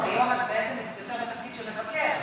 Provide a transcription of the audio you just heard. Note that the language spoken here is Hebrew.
היום היא בעצם יותר בתפקיד של מבקר?